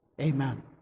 Amen